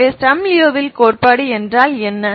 எனவே Sturm Liouville கோட்பாடு என்றால் என்ன